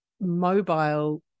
mobile